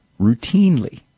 routinely